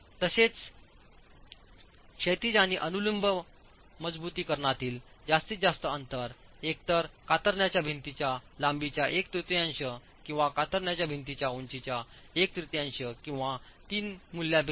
तसेच क्षैतिज आणि अनुलंब मजबुतीकरणातील जास्तीत जास्त अंतर एकतर कातरणाच्या भिंतीच्या लांबीच्या एक तृतीयांश किंवा कातरणाच्या भिंतीच्या उंचीच्या एक तृतीयांश किंवा 3 मूल्यांपेक्षा कमी 1